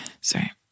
Sorry